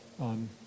on